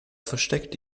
versteckt